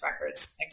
Records